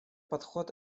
подход